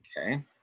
Okay